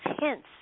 hints